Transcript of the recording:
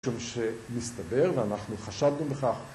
אני חושב שנסתדר, ואנחנו חשדנו בכך